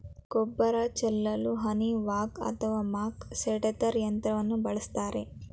ಗೊಬ್ಬರ ಚೆಲ್ಲಲು honey wagon ಅಥವಾ ಮಕ್ ಸ್ಪ್ರೆಡ್ದರ್ ಯಂತ್ರವನ್ನು ಬಳಸ್ತರೆ